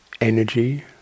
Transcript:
energy